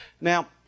Now